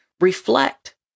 reflect